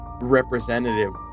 representative